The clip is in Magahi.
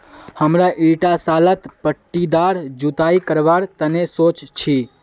हमरा ईटा सालत पट्टीदार जुताई करवार तने सोच छी